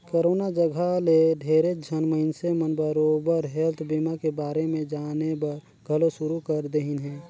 corona जघा ले ढेरेच झन मइनसे मन बरोबर हेल्थ बीमा के बारे मे जानेबर घलो शुरू कर देहिन हें